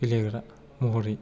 गेलेग्रा महरै